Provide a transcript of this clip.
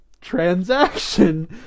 transaction